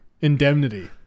indemnity